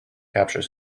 capture